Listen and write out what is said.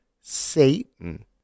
Satan